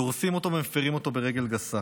דורסים אותו ומפירים אותו ברגל גסה.